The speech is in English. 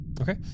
Okay